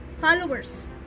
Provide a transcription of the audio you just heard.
followers